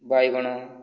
ବାଇଗଣ